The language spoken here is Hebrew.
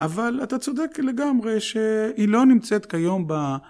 אבל אתה צודק לגמרי שהיא לא נמצאת כיום ב...